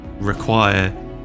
require